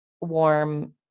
warm